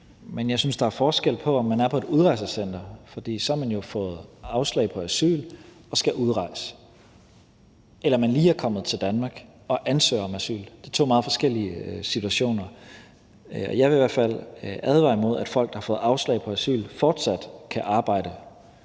jeg synes, at der er forskel på, om man er på et udrejsecenter – for så har man jo fået afslag på asyl og skal udrejse – eller om man lige er kommet til Danmark og ansøger om asyl. Det er to meget forskellige situationer. Jeg vil i hvert fald advare imod, at folk, der har fået afslag på asyl, fortsat kan arbejde